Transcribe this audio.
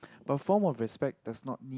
a form of respect does not mean